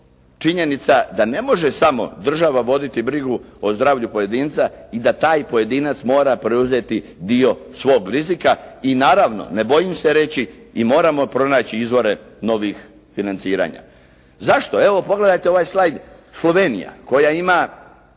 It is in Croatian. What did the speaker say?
činjenica da ne može samo država voditi brigu o zdravlju pojedinca i da taj pojedinac mora preuzeti dio svog rizika i naravno ne bojim se reći i moramo pronaći izvore novih financiranja. Zašto? Evo pogledajte ovaj slajd. Slovenija, koja ima